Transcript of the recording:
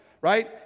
right